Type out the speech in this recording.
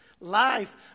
life